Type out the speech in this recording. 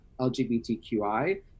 LGBTQI